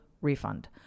refund